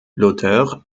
l’auteur